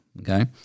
Okay